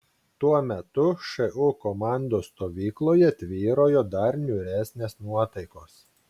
tuo metu šu komandos stovykloje tvyrojo dar niūresnės nuotaikos